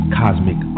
cosmic